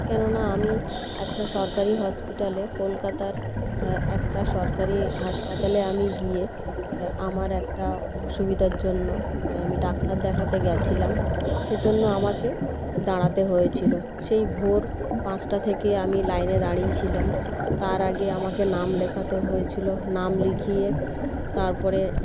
কেননা আমি একটা সরকারি হসপিটালে কোলকাতার একটা সরকারি হাসপাতালে আমি গিয়ে আমার একটা অসুবিধার জন্য মানে আমি ডাক্তার দেখাতে গেছিলাম সেজন্য আমাকে দাঁড়াতে হয়েছিল সেই ভোর পাঁচটা থেকে আমি লাইনে দাঁড়িয়েছিলাম তার আগে আমাকে নাম লেখাতে হয়েছিল নাম লিখিয়ে তারপরে